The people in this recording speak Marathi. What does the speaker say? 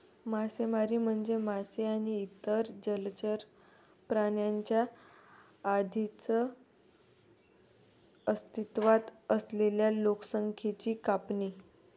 मासेमारी म्हणजे मासे आणि इतर जलचर प्राण्यांच्या आधीच अस्तित्वात असलेल्या लोकसंख्येची कापणी